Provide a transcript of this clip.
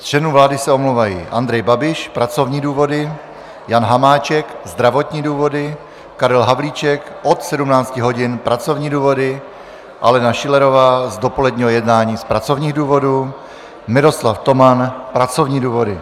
Z členů vlády se omlouvají: Andrej Babiš pracovní důvody, Jan Hamáček zdravotní důvody, Karel Havlíček od 17 hodin pracovní důvody, Alena Schillerová z dopoledního jednání z pracovních důvodů, Miroslav Toman pracovní důvody.